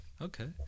Okay